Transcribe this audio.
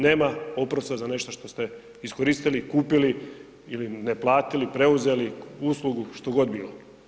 Nema oprosta za nešto što ste iskoristili, kupili ili ne platili, preuzeli uslugu, što god bilo.